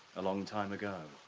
a long time ago.